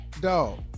Dog